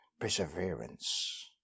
perseverance